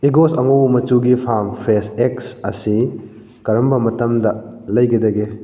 ꯏꯒꯣꯁ ꯑꯉꯧꯕ ꯃꯆꯨꯒꯤ farm fresh eggs ꯑꯁꯤ ꯀꯔꯝꯕ ꯃꯠꯝꯗ ꯂꯩꯒꯗꯒꯦ